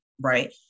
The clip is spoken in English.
Right